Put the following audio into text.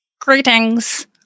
Greetings